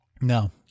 No